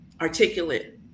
articulate